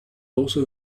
also